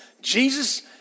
Jesus